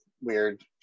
weird